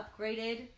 upgraded